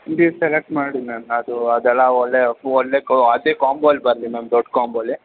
ನೀವು ಸೆಲೆಕ್ಟ್ ಮಾಡಿ ಮ್ಯಾಮ್ ಅದು ಅದೆಲ್ಲ ಒಳ್ಳೆ ಒಳ್ಳೆ ಕೊ ಅದೇ ಕಾಂಬೋಲಿ ಬರಲಿ ಮ್ಯಾಮ್ ದೊಡ್ಡ ಕಾಂಬೋಲಿ